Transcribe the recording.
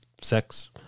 sex